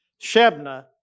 Shebna